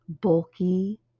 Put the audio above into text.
bulky